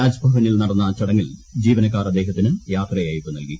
രാജ്ഭവനിൽ നടന്ന ചടങ്ങിൽ ജീവനക്കാർ അദ്ദേഹത്തിന് യാത്രയയപ്പ് നൽകി